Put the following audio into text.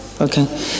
Okay